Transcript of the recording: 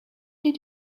did